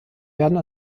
werden